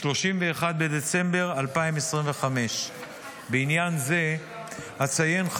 31 בדצמבר 2025. בעניין זה אציין,